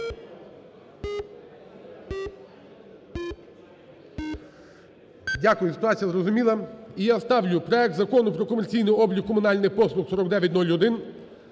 Дякую. Ситуація зрозуміла і я ставлю проект Закону про комерційний облік комунальних послуг (4901)